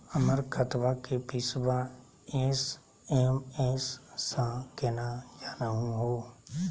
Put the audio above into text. हमर खतवा के पैसवा एस.एम.एस स केना जानहु हो?